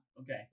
Okay